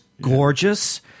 gorgeous